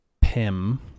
PIM